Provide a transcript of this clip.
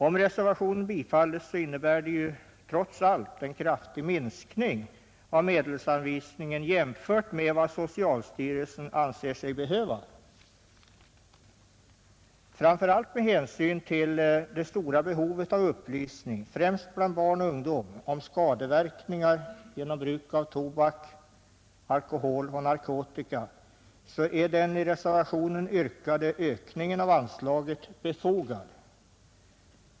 Om reservationen bifalles innebär det ändå en kraftig minskning av medelsanvisningen i förhållande till vad socialstyrelsen anser sig behöva. Framför allt med hänsyn till det stora behovet av upplysning, främst bland barn och ungdom, om skadeverkningarna av bruket av tobak, alkohol och narkotika är den i reservationen yrkade höjningen av anslaget befogad.